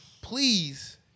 Please